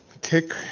take